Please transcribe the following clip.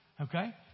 Okay